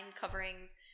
coverings